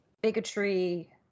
bigotry